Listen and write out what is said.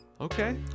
Okay